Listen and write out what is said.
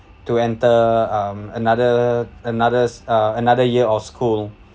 to enter um another another s~ uh another year of school